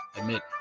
admit